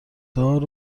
دار